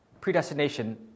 predestination